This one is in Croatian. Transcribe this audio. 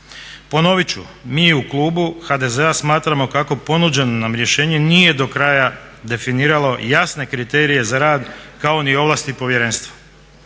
Ponovit ću, mi u klubu HDZ-a smatramo kako ponuđeno rješenje nije do kraja definiralo jasne kriterije za rad kao ni ovlasti povjerenstva.